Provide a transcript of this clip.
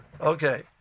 Okay